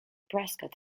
prescott